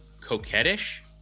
coquettish